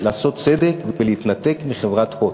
לעשות צדק ולהתנתק מחברת "הוט".